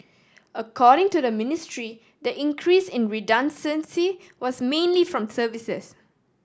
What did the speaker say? according to the Ministry the increase in redundancy was mainly from services